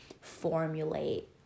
formulate